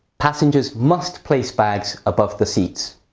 passengers must place bags above the seats.